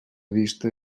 vista